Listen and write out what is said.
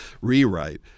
rewrite